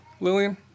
Lillian